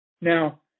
Now